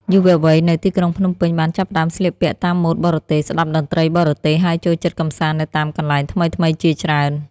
យុវវ័យនៅទីក្រុងភ្នំពេញបានចាប់ផ្តើមស្លៀកពាក់តាមម៉ូដបរទេស ស្តាប់តន្ត្រីបរទេស ហើយចូលចិត្តកម្សាន្តនៅតាមកន្លែងថ្មីៗជាច្រើន។